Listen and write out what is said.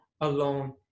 alone